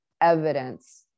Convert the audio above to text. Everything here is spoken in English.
evidence